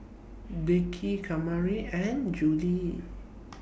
Dickie Kamari and Juli